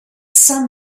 some